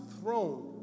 throne